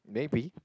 maybe